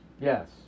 Yes